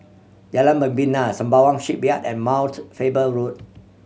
Jalan Membina Sembawang Shipyard and Mount Faber Road